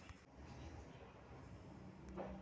मातीचा पोत कसा वाढवावा?